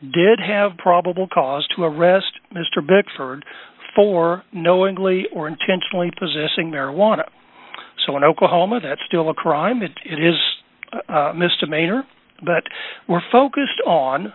did have probable cause to arrest mr bickford for knowingly or intentionally possessing marijuana so in oklahoma that's still a crime it is misdemeanor but we're focused